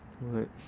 Right